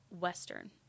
Western